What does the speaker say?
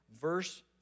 verse